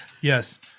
Yes